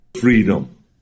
Freedom